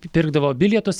pirkdavo bilietus